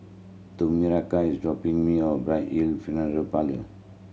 Tomeka is dropping me off at Bright Hill Funeral Parlour